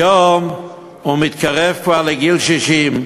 כיום הוא מתקרב כבר לגיל 60,